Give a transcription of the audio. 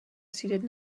seated